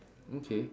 okay